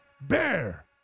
Bear